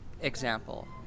example